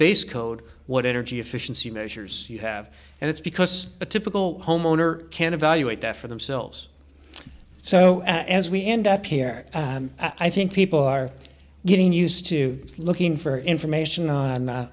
base code what energy efficiency measures you have and it's because a typical homeowner can evaluate that for themselves so as we end up here i think people are getting used to looking for information on